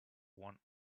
one